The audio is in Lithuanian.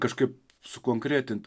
kažkaip sukonkretint